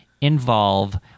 involve